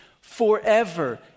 forever